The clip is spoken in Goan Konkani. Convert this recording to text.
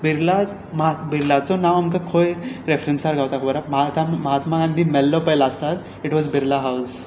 बिर्लाज म्हाका बिर्लाचो नांव आमकां खंय रॅफरंसार गावता खबर आसा म्हा ता म्हात्मा गांधी मेल्लो पळय लास्टाक ईट वॉज बिर्ला हावज